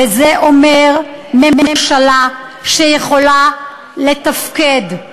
וזה אומר ממשלה שיכולה לתפקד.